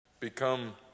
Become